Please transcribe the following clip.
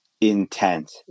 intent